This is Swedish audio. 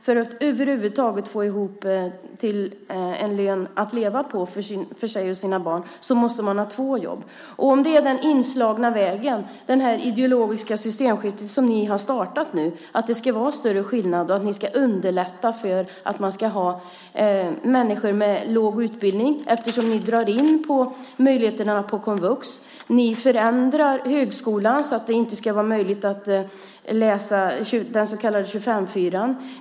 För att över huvud taget få ihop till en lön att leva på för sig själv och barnen måste man ha två jobb. Innebär det ideologiska systemskifte ni har startat att det ska vara större skillnader och flera människor med låg utbildning? Ni drar in på möjligheterna på komvux. Ni förändrar högskolan så att det inte blir möjligt att använda sig av 25:4.